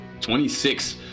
26